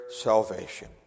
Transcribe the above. salvation